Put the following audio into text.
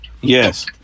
Yes